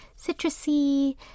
citrusy